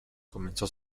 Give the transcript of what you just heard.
comenzó